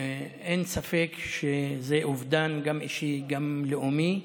אין ספק שזה אובדן, גם אישי, גם לאומי,